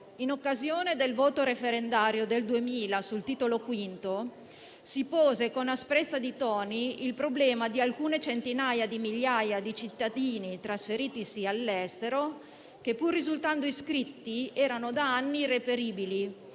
in occasione del voto referendario del 2000 sul Titolo V, si pose con asprezza di toni il problema di alcune centinaia di migliaia di cittadini trasferitisi all'estero che, pur risultando iscritti, erano da anni irreperibili